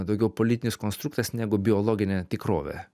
daugiau politinis konstruktas negu biologinė tikrovė